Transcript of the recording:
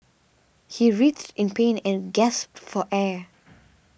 he writhed in pain and gasped for air